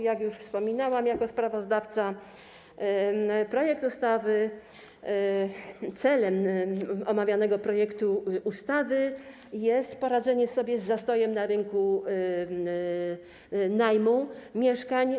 Jak już wspominałam jako sprawozdawca, celem omawianego projektu ustawy jest poradzenie sobie z zastojem na rynku najmu mieszkań.